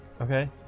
Okay